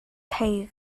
thei